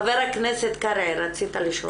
חבר הכנסת קרעי, רצית לשאול.